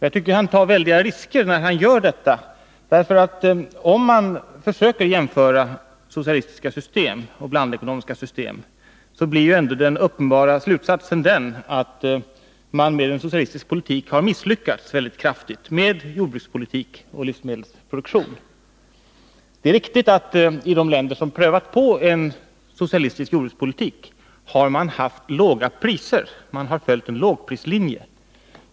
Jag tycker att han tar väldiga risker när han gör det, därför att vid en jämförelse mellan socialistiska system och blandekonomiska system blir ändå den uppenbara slutsatsen den, att man med en socialistisk politik mycket kraftigt har misslyckats med jordbrukspolitik och livsmedelsproduktion. Det är riktigt att man i de länder som prövat på en socialistisk jordbrukspolitik har haft låga priser.